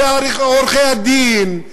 ועורכי-הדין,